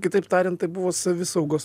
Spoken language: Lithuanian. kitaip tariant tai buvo savisaugos